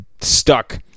stuck